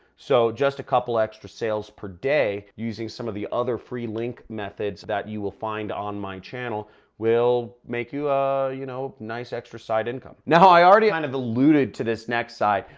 so, just a couple extra sales per day using some of the other free link methods that you will find on my channel will make you a you know, nice extra side income. now, i already on ave alluded to this next side.